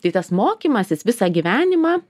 tai tas mokymasis visą gyvenimą